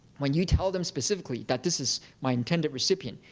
when you tell them specifically that this is my intended recipient,